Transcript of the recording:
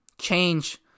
Change